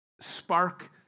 spark